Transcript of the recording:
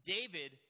David